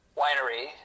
winery